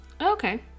Okay